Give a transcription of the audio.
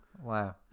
Wow